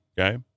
okay